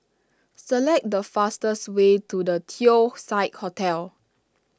select the fastest way to the Teong Saik Hotel